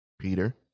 Peter